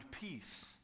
peace